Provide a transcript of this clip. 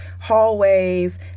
hallways